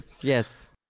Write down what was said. Yes